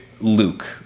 luke